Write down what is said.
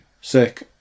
sick